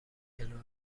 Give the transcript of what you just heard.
کنار